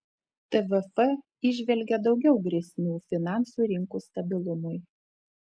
tvf įžvelgia daugiau grėsmių finansų rinkų stabilumui